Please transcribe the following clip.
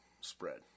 spread